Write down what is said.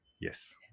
Yes